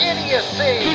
Idiocy